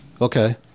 Okay